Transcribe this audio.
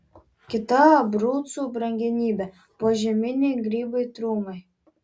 kita abrucų brangenybė požeminiai grybai trumai